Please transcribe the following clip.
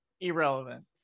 irrelevant